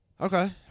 Okay